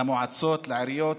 למועצות, לעיריות,